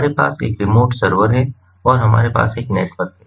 हमारे पास एक रिमोट सर्वर है और हमारे पास एक नेटवर्क है